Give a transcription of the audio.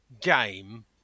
game